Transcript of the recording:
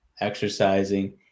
exercising